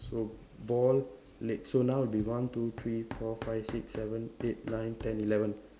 so ball leg so now will be one two three four five six seven eight nine ten eleven